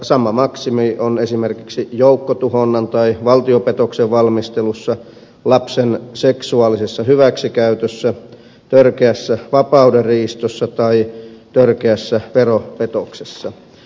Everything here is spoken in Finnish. sama maksimi on esimerkiksi joukkotuhonnan tai valtiopetoksen valmistelussa lapsen seksuaalisessa hyväksikäytössä törkeässä vapaudenriistossa tai törkeässä veropetoksessa